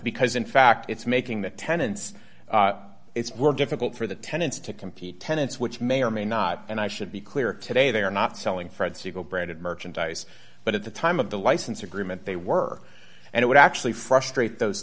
because in fact it's making the tenants it's were difficult for the tenants to compete tenants which may or may not and i should be clear today they are not selling fred siegel branded merchandise but at the time of the license agreement they were and it would actually frustrate those